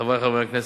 חברי חברי הכנסת,